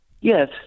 Yes